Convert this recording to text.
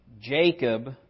Jacob